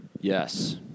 Yes